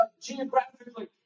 geographically